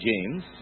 James